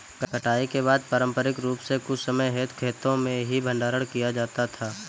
कटाई के बाद पारंपरिक रूप से कुछ समय हेतु खेतो में ही भंडारण किया जाता था